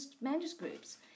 manuscripts